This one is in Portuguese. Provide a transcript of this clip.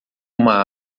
uma